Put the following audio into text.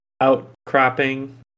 outcropping